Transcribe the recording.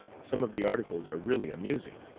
some of the articles are really amusing.